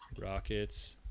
Rockets